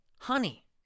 Honey